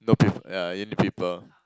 no p~ yeah you need people